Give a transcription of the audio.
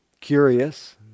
curious